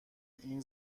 این